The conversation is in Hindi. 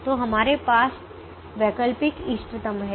तो हमारे पास वैकल्पिक इष्टतम है